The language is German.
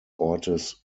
ortes